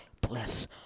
bless